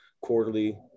quarterly